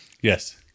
Yes